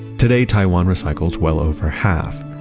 today, taiwan recycles well over half.